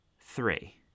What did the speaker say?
three